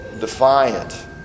defiant